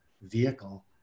vehicle